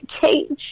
cage